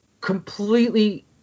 completely